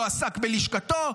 הוא לא עסק בלשכתו,